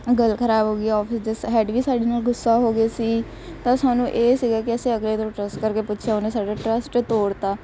ਗੱਲ ਖਰਾਬ ਹੋ ਗਈ ਔਫਿਸ ਦੇ ਹੈੱਡ ਵੀ ਸਾਡੇ ਨਾਲ ਗੁੱਸਾ ਹੋ ਗਿਆ ਸੀ ਤਾਂ ਸਾਨੂੰ ਇਹ ਸੀਗਾ ਕਿ ਅਸੀਂ ਅਗਲੇ 'ਤੇ ਟਰੱਸਟ ਕਰਕੇ ਪੁੱਛਿਆ ਉਹਨੇ ਸਾਡਾ ਟਰੱਸਟ ਤੋੜ ਦਿਤਾ